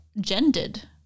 gendered